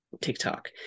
TikTok